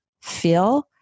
feel